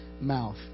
mouth